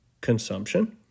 consumption